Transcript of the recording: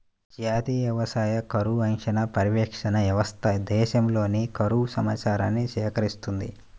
జాతీయ వ్యవసాయ కరువు అంచనా, పర్యవేక్షణ వ్యవస్థ దేశంలోని కరువు సమాచారాన్ని సేకరిస్తుంది